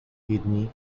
kidneys